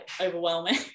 overwhelming